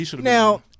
Now